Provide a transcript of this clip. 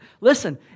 listen